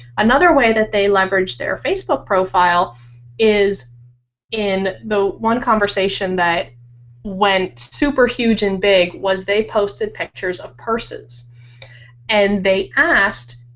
another way that they leverage their facebook profile is in the one conversation that went super huge and big, was they posted pictures of purses and they asked,